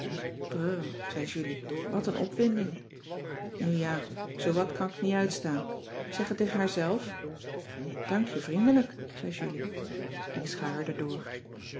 zei jullie wat een opwinding nu ja zoowat kan k niet uitstaan zeg het tegen haar zelf dank je vriendelijk zei julie ik schuierde door